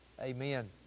Amen